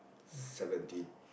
seventy